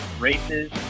races